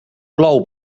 plou